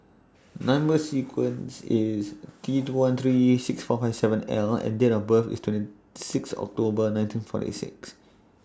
Number sequence IS T two one three six four five seven L and Date of birth IS twenty six October nineteen forty six